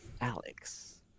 Alex